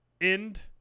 end